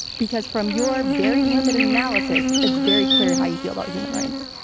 because from your very limited analysis it's very clear how you feel about human rights.